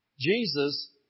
Jesus